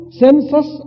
senses